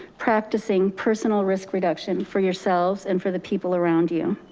practicing personal risk reduction for yourselves and for the people around you.